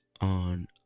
on